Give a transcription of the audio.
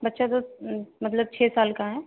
बच्चा तो मतलब छः साल का है